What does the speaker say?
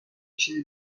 چیزی